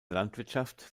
landwirtschaft